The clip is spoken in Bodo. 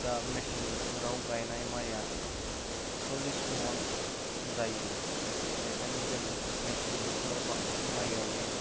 दा मेसें बोथोराव गायनाय माया सल्लिस मन जायो बेखायनो जों मेसें बोथोराव बांसिन माइ गायो